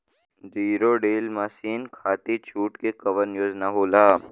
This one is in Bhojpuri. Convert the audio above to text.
जीरो डील मासिन खाती छूट के कवन योजना होला?